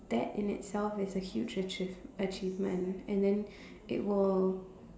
that in itself is a huge achieve~ achievement and then it will